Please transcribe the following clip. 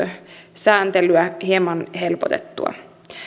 sääntelyä hieman helpotettua